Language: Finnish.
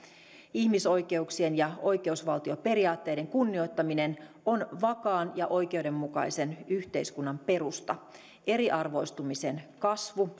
ihmisoikeuksien ja oikeusvaltioperiaatteiden kunnioittaminen on vakaan ja oikeudenmukaisen yhteiskunnan perusta eriarvoistumisen kasvu